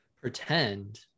Pretend